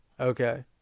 Okay